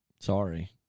Sorry